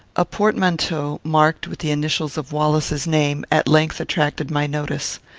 a portmanteau, marked with the initials of wallace's name, at length attracted my notice.